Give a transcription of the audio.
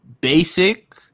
Basic